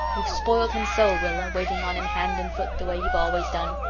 you've spoiled him so, rilla, waiting on him hand and foot the way you've always done.